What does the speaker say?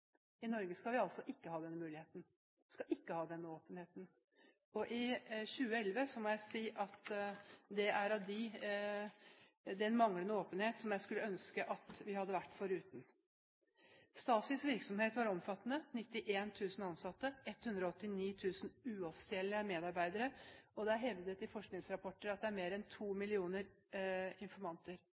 I Norge skal vi altså ikke ha denne muligheten. Vi skal ikke ha den åpenheten. I 2011 må jeg si at det er en manglende åpenhet som jeg skulle ønske at vi hadde vært foruten. Stasis virksomhet var omfattende – 91 000 ansatte og 189 000 uoffisielle medarbeidere – og det er hevdet i forskningsrapporter at det var mer enn 2 millioner informanter.